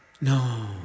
No